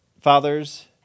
fathers